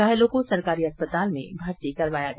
घायलों को सरकारी अस्पताल में भर्ती करवाया गया